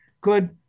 good